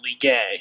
gay